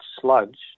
sludge